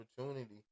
opportunity